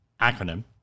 acronym